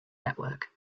network